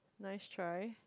nice try